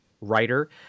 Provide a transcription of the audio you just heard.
writer